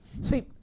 See